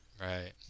Right